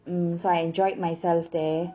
mm so I enjoyed myself there